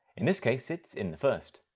in this case it's in the first.